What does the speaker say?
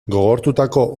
gogortutako